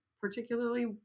particularly